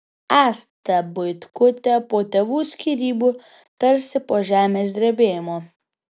asta buitkutė po tėvų skyrybų tarsi po žemės drebėjimo